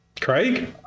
Craig